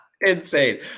Insane